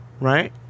Right